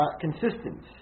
consistent